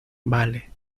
vale